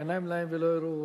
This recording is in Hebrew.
עינים להם ולא יראו,